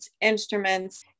instruments